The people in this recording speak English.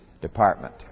Department